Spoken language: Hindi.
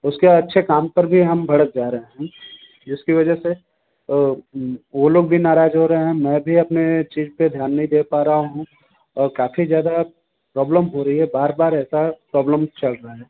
उसके अच्छे काम पर भी हम भड़क जा रहें हैं जिसकी वजह से वो लोग भी नाराज़ हो रहे हैं मैं भी अपने चीज़ पर ध्यान नही दे पा रहा हूँ और काफी ज़्यादा प्रॉब्लम हो रही है बार बार ऐसा प्रॉब्लम चल रहा है